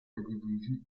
edifici